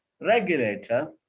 regulator